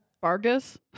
Vargas